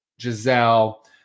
Giselle